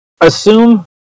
assume